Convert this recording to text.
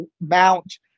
mount